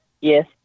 Yes